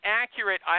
accurate